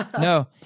no